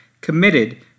committed